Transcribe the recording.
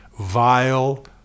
vile